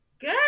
Good